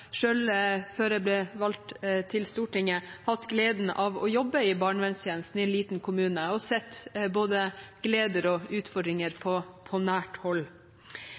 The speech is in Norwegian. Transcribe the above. før jeg ble valgt til Stortinget, hatt gleden av å jobbe i barnevernstjenesten i en liten kommune og sett både gleder og utfordringer på nært hold.